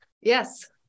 Yes